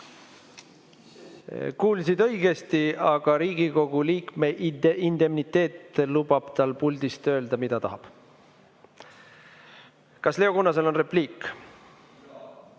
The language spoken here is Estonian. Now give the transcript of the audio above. Kuulsid õigesti. Riigikogu liikme indemniteet lubab tal puldist öelda, mida tahab. Kas Leo Kunnasel on repliik?